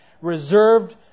reserved